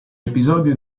episodio